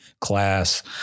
class